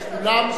שכולנו,